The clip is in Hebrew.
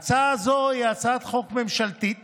ההצעה הזו היא הצעת חוק ממשלתית